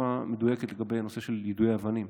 תשובה מדויקת לגבי הנושא של יידוי אבנים,